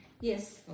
yes